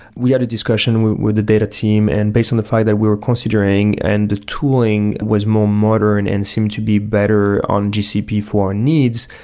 we had a discussion with the data team and based on the fact that we were considering and the tooling was more modern and seemed to be better on gcp for our needs,